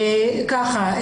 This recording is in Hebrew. ככה,